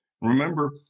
Remember